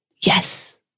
yes